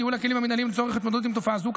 ייעול הכלים המינהליים לצורך התמודדות עם תופעה זו,